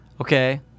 Okay